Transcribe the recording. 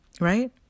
Right